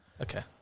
Okay